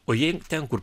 o jei ten kur